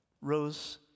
rose